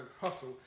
hustle